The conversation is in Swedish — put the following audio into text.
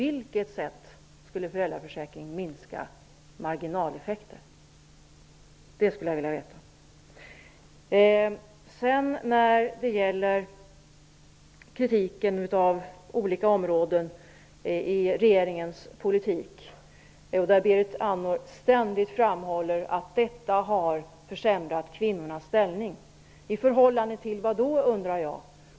I sin kritik av regeringens politik på olika områden framhåller Berit Andnor ständigt att den har försämrat kvinnornas ställning. I förhållande till vad?